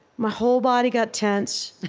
my whole body got tense.